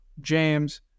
James